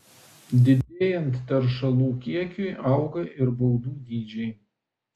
didėjant teršalų kiekiui auga ir baudų dydžiai